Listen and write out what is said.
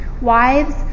Wives